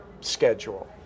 schedule